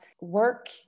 work